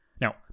Now